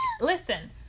listen